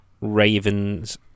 Ravens